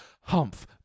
humph